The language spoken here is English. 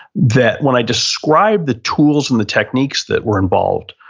that when i described the tools and the techniques that were involved,